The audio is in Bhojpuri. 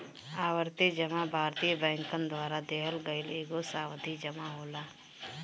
आवर्ती जमा भारतीय बैंकन द्वारा देहल गईल एगो सावधि जमा होला